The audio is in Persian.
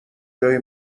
جای